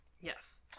Yes